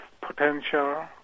potential